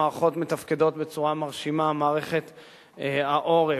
המערכות מתפקדות בצורה מרשימה, מערכת העורף,